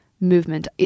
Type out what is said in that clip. movement